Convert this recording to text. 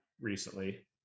recently